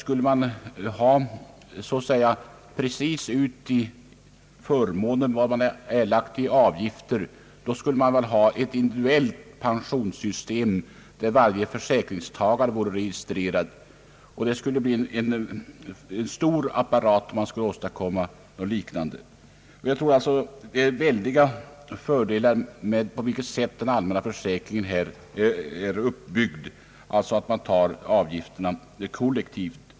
Om man fick ut precis i förmåner vad man erlagt i avgifter, skulle det vara ett individuellt pensionssystem där varje försäkringstagare vore registrerad, och det skulle fordra en stor apparat. Jag tror alltså att det finns stora fördelar med det sätt på vilket den allmänna försäkringen är uppbyggd och som innebär att man tar ut avgifterna kollektivt.